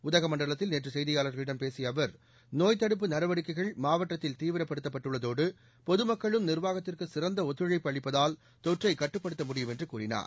உதகமண்டலத்தில் நேற்று செய்தியாளர்களிடம் பேசிய அவர் நோய் தடுப்பு நடவடிக்கைகள் மாவட்டத்தில் தீவிரப்படுத்தப் பட்டுள்ளதோடு பொதுமக்களும் நிர்வாகத்திற்கு சிறந்த ஒத்துழைப்பு அளிப்பதால் தொற்றை கட்டுப்படுத்த முடியும் என்று கூறினார்